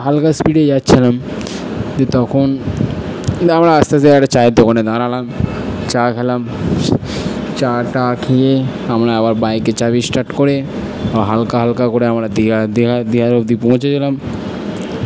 হালকা স্পীডে যাচ্ছিলাম দি তখন আমরা আস্তে আস্তে আমরা একটা চায়ের দোকানে দাঁড়ালাম চা খেলাম চা টা খেয়ে আমরা আবার বাইকের চাবি স্টার্ট করে হালকা হালকা করে আমরা দীঘা দীঘা দীঘা অবধি পৌঁছে গেলাম